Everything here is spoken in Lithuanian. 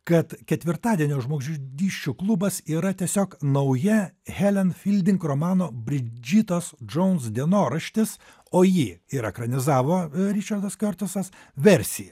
kad ketvirtadienio žmogžudysčių klubas yra tiesiog nauja helen filding romano brigitos džons dienoraštis o jį ir ekranizavo ričardas kertusas versija